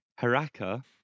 haraka